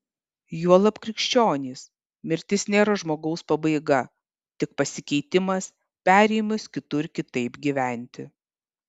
juolab krikščionys mirtis nėra žmogaus pabaiga tik pasikeitimas perėjimas kitur kitaip gyventi